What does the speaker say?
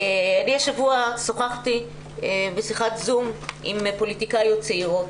אני השבוע שוחחתי בשיחת זום עם פוליטיקאיות צעירות,